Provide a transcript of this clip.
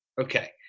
Okay